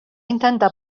intentar